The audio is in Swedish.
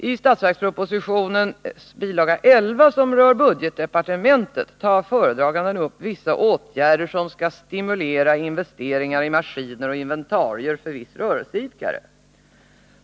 I budgetpropositionens bilaga 11, som rör budgetdepartementet, tar föredraganden upp vissa åtgärder, som skall stimulera investeringar i maskiner och inventarier för vissa rörelseidkare.